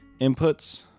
inputs